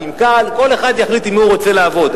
עם "כאל" כל אחד יחליט עם מי הוא רוצה לעבוד.